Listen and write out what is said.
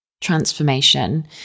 transformation